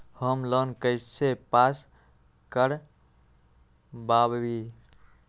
Home loan कैसे pass कर बाबई?